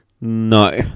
No